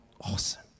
awesome